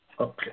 Okay